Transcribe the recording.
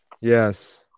yes